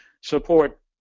support